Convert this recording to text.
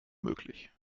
möglich